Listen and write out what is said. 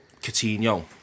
Coutinho